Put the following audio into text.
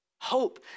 hope